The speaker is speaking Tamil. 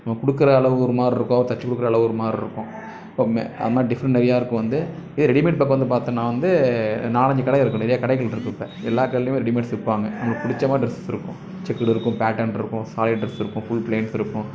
நம்ம கொடுக்குற அளவு ஒரு மாரிருக்கும் அவங்க தைச்சி கொடுக்குற அளவு ஒரு மாரிருக்கும் இப்போ மே அந்தமாரி டிஃப்ரெண்ட் நிறையா இருக்கும் வந்து இதே ரெடிமேட் பக்கம் வந்து பார்த்தன்னா வந்து நாலஞ்சு கடை இருக்கும் நிறையா கடைகளிருக்கும் இப்போ எல்லா கடையிலுமே ரெடிமேட்ஸ் விற்பாங்க நம்மளுக்கு பிடிச்ச மாதிரி டிரெஸஸ் இருக்கும் செக்குடு இருக்கும் பேட்டர்னிருக்கும் சாலிட் டிரெஸ் இருக்கும் ஃபுல் பிளைன்ஸ் இருக்கும்